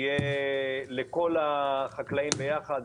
שיהיה לכל החקלאים ביחד,